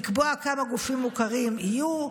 לקבוע כמה גופים מוכרים יהיו,